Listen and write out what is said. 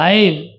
Live